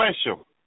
special